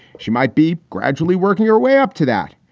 she might be gradually working her way up to that.